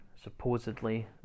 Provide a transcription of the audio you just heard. supposedly